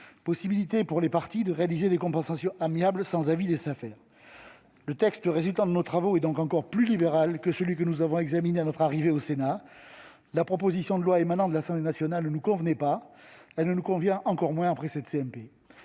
possibilité pour les parties de réaliser des compensations amiables sans avis des Safer. Le texte résultant de nos travaux est donc encore plus libéral que celui que nous avons examiné à son arrivée au Sénat. La proposition de loi émanant de l'Assemblée nationale ne nous convenait pas : elle nous convient encore moins après cette